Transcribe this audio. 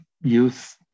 youth